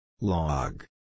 Log